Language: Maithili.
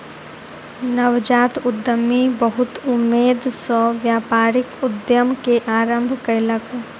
नवजात उद्यमी बहुत उमेद सॅ व्यापारिक उद्यम के आरम्भ कयलक